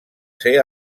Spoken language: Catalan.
ser